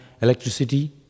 electricity